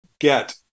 get